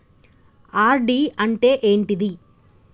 RD అంటే ఏంటిది?